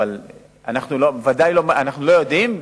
אנחנו לא יודעים,